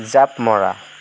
জাঁপ মৰা